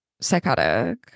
psychotic